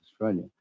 Australia